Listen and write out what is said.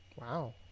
Wow